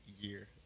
year